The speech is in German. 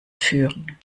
führen